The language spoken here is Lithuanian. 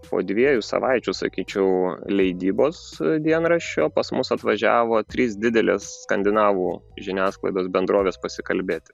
po dviejų savaičių sakyčiau leidybos dienraščio pas mus atvažiavo trys didelės skandinavų žiniasklaidos bendrovės pasikalbėti